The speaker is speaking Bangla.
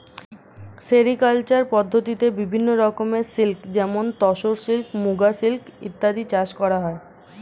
সেরিকালচার পদ্ধতিতে বিভিন্ন রকমের সিল্ক যেমন তসর সিল্ক, মুগা সিল্ক ইত্যাদি চাষ করা হয়